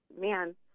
man